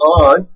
on